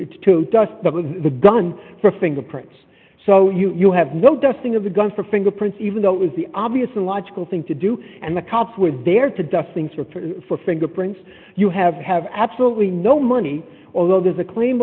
dust to dust the gun for fingerprints so you have no dusting of the gun for fingerprints even though it was the obvious a logical thing to do and the cops with their to dusting for fingerprints you have have absolutely no money although there's a claim